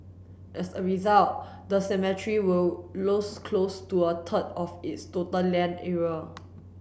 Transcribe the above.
as a result the cemetery will lose close to a third of its total land area